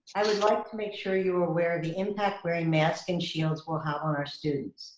i would like to make sure you're aware of the impact wearing masks and shields will have on our students.